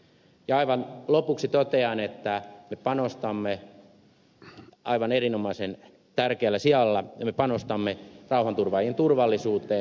aivan lopuksi totean että me panostamme aivan erinomaisen tärkeällä sijalla rauhanturvaajien turvallisuuteen